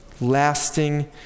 lasting